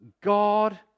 God